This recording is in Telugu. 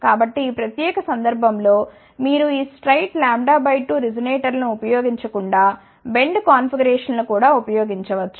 కాబట్టి ఈ ప్రత్యేక సందర్భం లో మీరు ఈ స్ట్రెయిట్ λ 2 రెసొనేటర్లను ఉపయోగించకుండా బెండ్ కాన్ఫిగరేషన్ లను కూడా ఉపయోగించవచ్చు